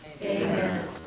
Amen